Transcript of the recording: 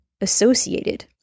associated